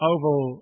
Oval